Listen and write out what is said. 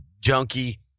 junkie